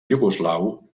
iugoslau